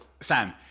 Sam